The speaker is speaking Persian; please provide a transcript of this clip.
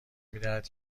میدهد